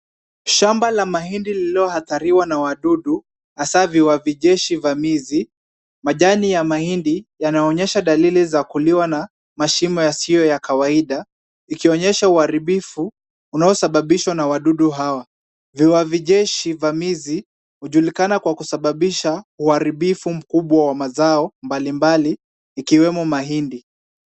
Shamba la mahindi lililoadhiriwa na wadudu hasa viwavi jeshi vamizi. Majani ya mahindi yanaonyesha dalili ya kuliwa na mashimo yasiyo ya kawaida ikionyesha uharibifu unaosababishwa na wadudu hawa. Viwavi jeshi vamizi hujulikana kwa kusababisha uharibifu wa mazao mbalimbali ikiwemo mahindi.